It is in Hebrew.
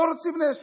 לא רוצים נשק.